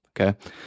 okay